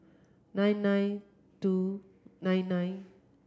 nine nine two nine nine